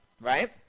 right